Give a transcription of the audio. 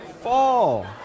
Fall